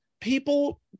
people-